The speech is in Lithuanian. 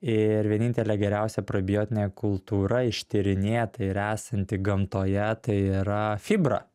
ir vienintelė geriausia prebiotinė kultūra ištyrinėta ir esanti gamtoje tai yra fibra